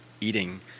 eating